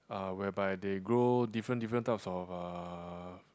uh whereby they grow different different types of uh